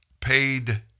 paid